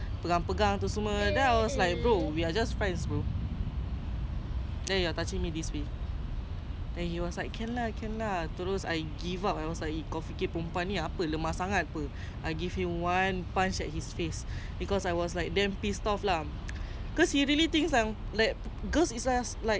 because I was like damn pissed off lah cause he really thinks I'm like girls is just like so weak you know like I hate it because